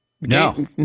No